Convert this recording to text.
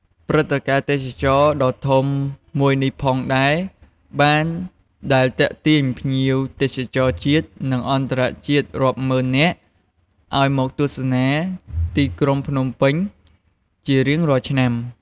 ព្រឹត្តិការណ៍ទេសចរណ៍ដ៏ធំមួយនេះផងដែរបានដែលទាក់ទាញភ្ញៀវទេសចរណ៍ជាតិ និងអន្តរជាតិរាប់លាននាក់ឱ្យមកទស្សនាទីក្រុងភ្នំពេញជារៀងរាល់ឆ្នាំ។